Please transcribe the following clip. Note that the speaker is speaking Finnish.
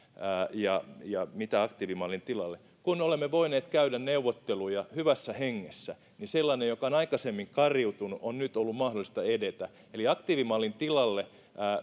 ja ja mitä aktiivimallin tilalle kun olemme voineet käydä neuvotteluja hyvässä hengessä niin sellaisessa mikä on aikaisemmin kariutunut on nyt ollut mahdollista edetä eli mitä aktiivimallin tilalle